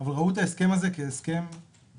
אבל ראו את ההסכם הזה כהסכם כולל,